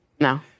No